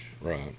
Right